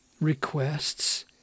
requests